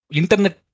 internet